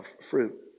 fruit